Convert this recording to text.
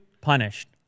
punished